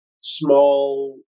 small